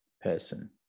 person